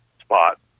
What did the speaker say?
spot